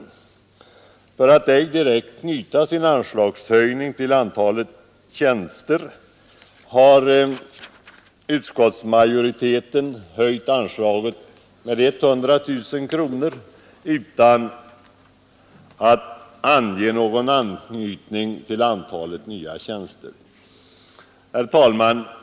För att ej direkt knyta anslagshöjningen till antalet tjänster har utskottsmajoriteten föreslagit att anslaget höjs med 100 000 kronor utan att ange något om antalet nya tjänster. Herr talman!